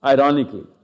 Ironically